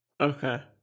Okay